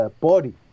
body